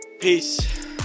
Peace